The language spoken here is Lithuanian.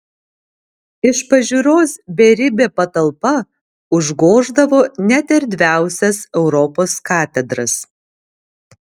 iš pažiūros beribė patalpa užgoždavo net erdviausias europos katedras